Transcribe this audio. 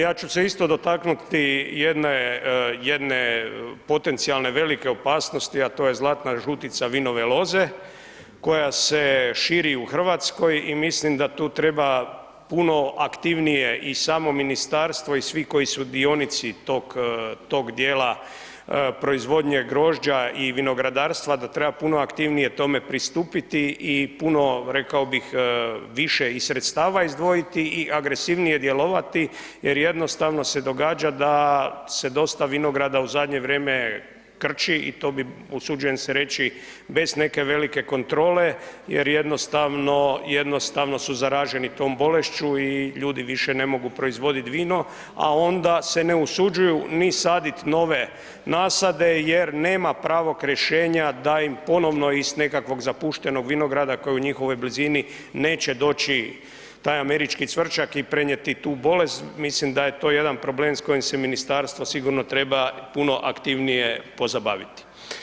Ja ću se isto dotaknuti jedne, jedne potencijalne velike opasnosti, a to je zlatna žutica vinove loze, koja se širi i u Hrvatskoj, i mislim da tu treba puno aktivnije i samo Ministarstvo, i svi koji su dionici tog, tog dijela proizvodnje grožđa i vinogradarstva, da treba puno aktivnije tome pristupiti i puno, rekao bih više i sredstava izdvojiti i agresivnije djelovati, jer jednostavno se događa da se dosta vinograda u zadnje vrijeme krči i to bi, usuđujem se reći bez neke velike kontrole jer jednostavno, jednostavno su zaraženi tom bolešću i ljudi više ne mogu proizvoditi vino, a onda se ne usuđuju ni sadit nove nasade jer nema pravog rješenja da im ponovno iz nekakvog zapuštenog vinograda koji je u njihovoj blizini neće doći taj američki cvrčak i prenijeti tu bolest, mislim da je to jedan problem s kojim se Ministarstvo sigurno treba puno aktivnije pozabaviti.